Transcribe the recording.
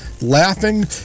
laughing